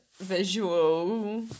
visual